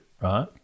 right